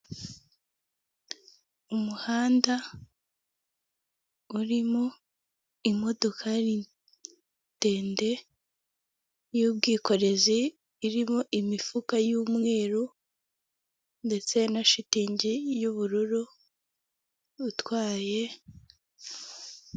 Umuhanda urimo imodokari ndende y'ubwikorezi irimo imifuka y'umweru ndetse na shitingi y'ubururu utwaye